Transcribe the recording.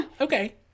okay